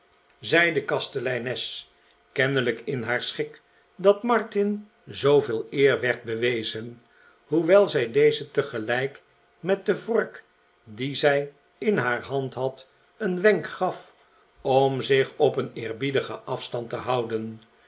zei de kasteleines kennelijk in haar schik dat mark zooveel eer werd bewezen hoewel zij dezen tegelijk met de vork die zij in haar hand had een wenk gaf om zich op een eerbiedigen afstand te houden